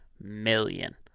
million